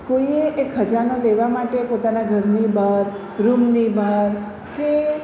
કોઈએ એ ખજાનો લેવા માટે પોતાના ઘરની બહાર રૂમની બહાર કે